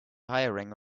hiring